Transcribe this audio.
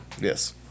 Yes